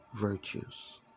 virtues